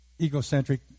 egocentric